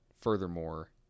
furthermore